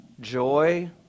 joy